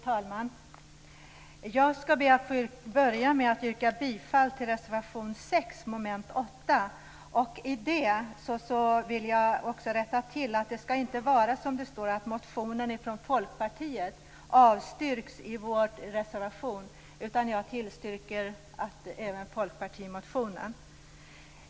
Fru talman! Jag skall be att få börja med att yrka bifall till reservation 6 under mom. 8. Samtidigt vill jag göra en rättelse. Det skall inte stå att motionen från Folkpartiet avstyrks i vår reservation. Jag tillstyrker även folkpartimotionen.